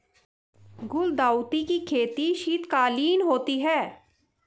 गुलदाउदी की खेती शीतकालीन होती है